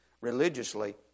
religiously